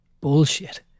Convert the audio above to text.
bullshit